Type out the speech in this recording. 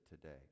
today